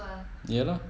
ya lah